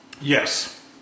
Yes